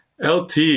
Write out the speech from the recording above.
LT